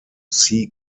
sea